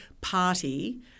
party